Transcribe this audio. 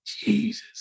jesus